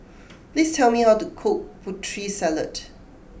please tell me how to cook Putri Salad